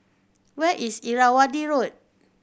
where is Irrawaddy Road